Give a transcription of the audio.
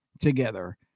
together